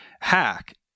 hack